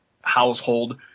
household